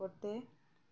করতে